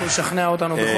תנסה לשכנע אותנו בכל זאת.